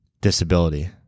disability